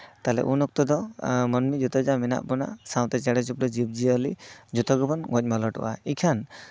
ᱛᱟᱦᱚᱞᱮ ᱩᱱ ᱚᱠᱛᱚ ᱫᱚ ᱢᱟᱹᱱᱢᱤ ᱡᱚᱛ ᱡᱟ ᱢᱮᱱᱟᱜ ᱵᱚᱱᱟ ᱥᱟᱶᱛᱮ ᱪᱮᱬᱮ ᱪᱩᱯᱲᱤ ᱡᱤᱵᱽ ᱡᱤᱭᱟᱹᱞᱤ ᱡᱚᱛᱚ ᱜᱮᱵᱚᱱ ᱜᱚᱡ ᱢᱟᱞᱚᱴᱚᱜᱼᱟ ᱤᱠᱷᱟᱱ